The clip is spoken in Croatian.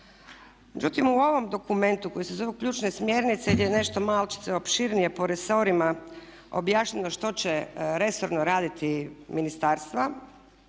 međutim u ovom dokumentu koji se zove "Ključne smjernice" gdje je nešto malčice opširnije po resorima objašnjeno što će resorno raditi ministarstva,